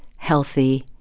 healthy,